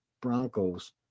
broncos